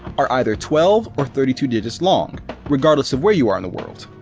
are either twelve or thirty two digits long regardless of where you are in the world.